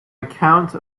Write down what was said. account